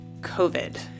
COVID